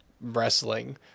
wrestling